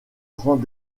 grands